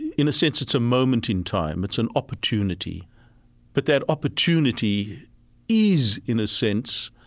in a sense, it's a moment in time. it's an opportunity but that opportunity is, in a sense,